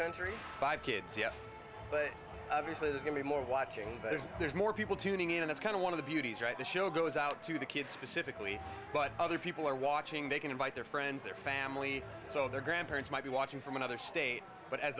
country five kids yeah but obviously the more watching there's more people tuning in and it's kind of one of the beauties right the show goes out to the kids specifically but other people are watching they can invite their friends their family so their grandparents might be watching from another state but as